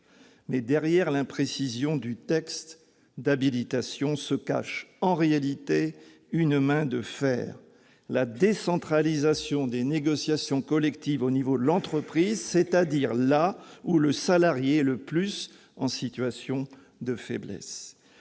Derrière l'imprécision du texte d'habilitation se cache, en réalité, une main de fer, celle qui est résolue à imposer la décentralisation des négociations collectives au niveau de l'entreprise, c'est-à-dire là où le salarié est le plus en situation de faiblesse.